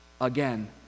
again